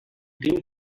team